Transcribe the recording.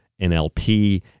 NLP